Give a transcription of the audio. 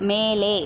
மேலே